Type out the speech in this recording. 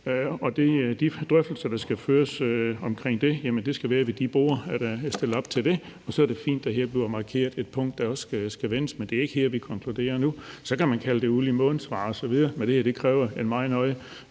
og de drøftelser, der skal føres omkring det, skal være ved de borde, der er stillet op til det. Det er fint, at der her bliver markeret et punkt, der også skal vendes, men det er ikke her, vi konkluderer noget. Så kan man kalde det uld i mund-svar osv., men det her kræver en meget nøje